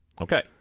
Okay